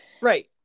Right